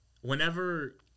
whenever